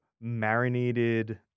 marinated